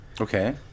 Okay